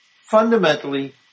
fundamentally